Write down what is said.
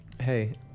Hey